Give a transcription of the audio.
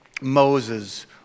Moses